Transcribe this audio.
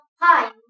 hi